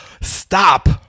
stop